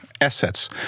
assets